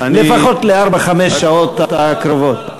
לפחות לארבע-חמש השעות הקרובות.